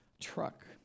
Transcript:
truck